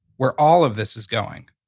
where all of this is going.